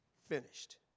finished